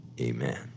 amen